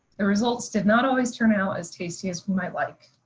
the results did not always turn out as tasty as we might like.